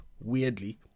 weirdly